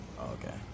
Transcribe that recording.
Okay